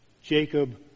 Jacob